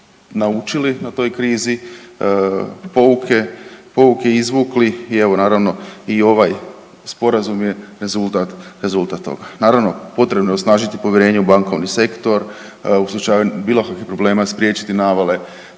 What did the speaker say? naučili na toj krizi pouke, pouke izvukli i evo, naravno, i ovaj Sporazum je rezultat toga. Naravno, potrebno je osnažiti povjerenje u bankovni sektor, u slučaju bilo kakvih problema, spriječiti navale